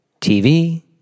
TV